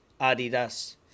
Adidas